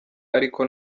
ariko